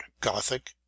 Gothic